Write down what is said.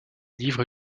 livres